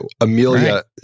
Amelia